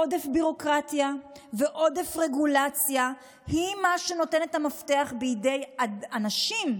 עודף ביורוקרטיה ועודף רגולציה הם מה שנותן את המפתח בידי אנשים.